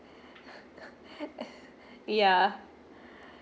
yeah